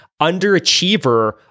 underachiever